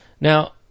Now